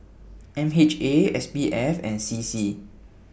MHA SPF and CC